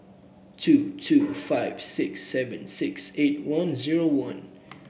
two two five six seven six eight one zero one